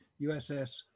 uss